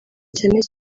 cyane